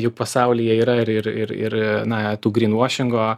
juk pasaulyje yra ir ir ir ir na tų gryn vošingo